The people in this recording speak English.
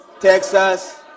Texas